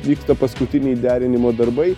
vyksta paskutiniai derinimo darbai